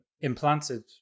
implanted